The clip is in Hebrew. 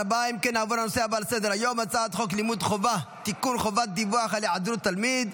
ברשות יושב-ראש הישיבה, אני מתכבדת להודיעכם,